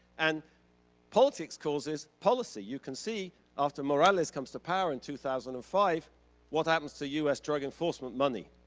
and politics causes policy. you can see after morales comes to power in two thousand and five what happens to u s. drug enforcement money.